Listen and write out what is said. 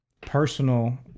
Personal